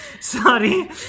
Sorry